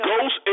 Ghost